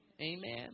Amen